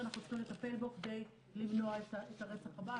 צריכים לטפל בגבר כדי למנוע את הרצח הבא.